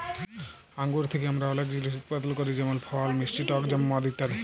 আঙ্গুর থ্যাকে আমরা অলেক জিলিস উৎপাদল ক্যরি যেমল ফল, মিষ্টি টক জ্যাম, মদ ইত্যাদি